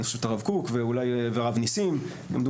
אני חושב את הרב קוק והרב ניסים כמדומני.